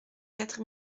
quatre